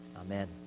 Amen